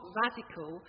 radical